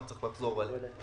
ואני לא צריך לחזור על זה.